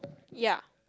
ya